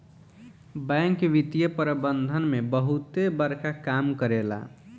bank वित्तीय प्रबंधन में बहुते बड़का काम करेला